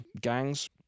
gangs